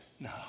No